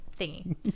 thingy